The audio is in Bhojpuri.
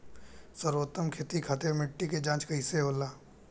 सर्वोत्तम खेती खातिर मिट्टी के जाँच कईसे होला?